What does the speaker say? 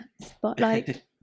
Spotlight